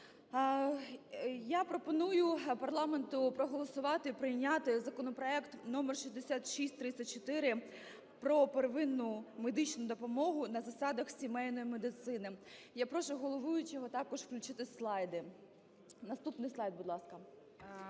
Я пропоную парламенту проголосувати і прийняти законопроект № 6634 про первинну медичну допомогу на засадах сімейної медицини. Я прошу головуючого також включити слайди. Наступний слайд, будь ласка.